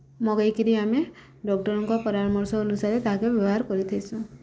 ମଗେଇକିରି ଆମେ ଡକ୍ଟରଙ୍କ ପରାମର୍ଶ ଅନୁସାରେ ତାହାକେ ବ୍ୟବହାର୍ କରିଥିସୁଁ